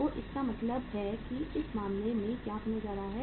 तो इसका मतलब है कि इस मामले में क्या होने जा रहा है